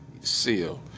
seal